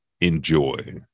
enjoy